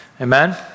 Amen